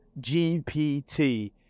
GPT